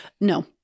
No